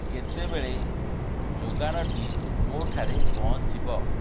କେତେବେଳେ ଯୋଗାଣଟି ମୋଠାରେ ପହଞ୍ଚିବ